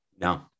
No